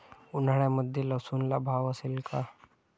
उन्हाळ्यामध्ये लसूणला भाव असेल का?